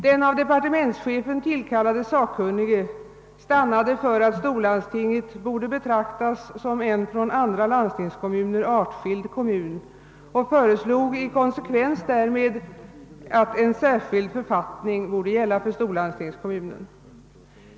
Den av departementschefen tillkallade sakkunnige stannade för att storlandstinget borde betraktas som en från andra landstingskommuner artskild kommun och föreslog i konsekvens därmed att en särskild författning borde gälla för storlandstingskommunen.